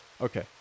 Okay